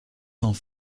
sans